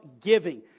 giving